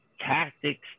tactics